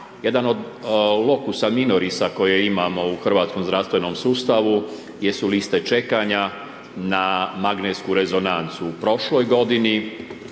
Jedan od lokusa minorisa koje imamo u hrvatskom zdravstvenom sustavu jesu liste čekanja na magnetsku rezonancu. U prošloj godini